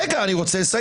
רגע, אני רוצה לסיים.